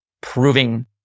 proving